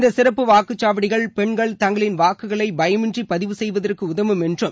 இந்த சிறப்பு வாக்குச்சாவடிகள் பெண்கள் தங்களின் வாக்குகளை பயமின்றி பதிவு செய்வதற்கு உதவும் என்றும்